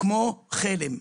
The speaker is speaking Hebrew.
כמו חלם.